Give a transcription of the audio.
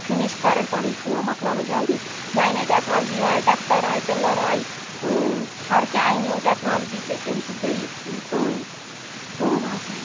finish کَرَان پَنٕنۍ کٲم مۄکلاوَان جلدی نَیہِ نَیہِ ٹٮ۪کنالجی آے ٹٮ۪کٹَر آے ٹِلَر آے پھارکہِ آے نِو ٹٮ۪کنالجی تہِ امہِ سۭتۍ گٔیہِ یِم سٲنۍ کٲم آسان